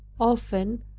often,